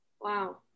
Wow